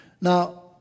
Now